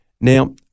Now